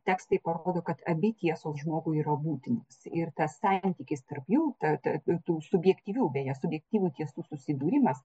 tekstai parodo kad abi tiesos žmogui yra būtinos ir tas santykis tarp jų ta ta tų tų subjektyvių beje subjektyvų tiesų susidūrimas